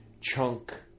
chunk